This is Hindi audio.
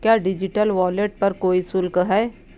क्या डिजिटल वॉलेट पर कोई शुल्क है?